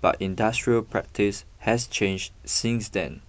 but industry practice has changed since then